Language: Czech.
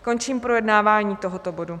Končím projednávání tohoto bodu.